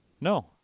No